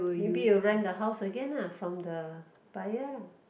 maybe you rent the house again uh from the buyer lah